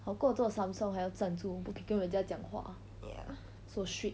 好过做 samsung 还要站着不可以跟人家讲话 so strict